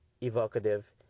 evocative